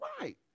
right